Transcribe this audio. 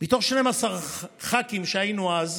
מתוך 12 ח"כים שהיינו אז,